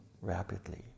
rapidly